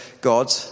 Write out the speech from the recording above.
God